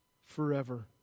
forever